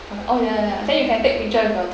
oh ya ya ya then you can take picture with your dog